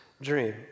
dream